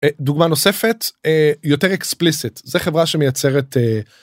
דוגמה נוספת יותר explicit זה חברה שמייצרת.